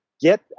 get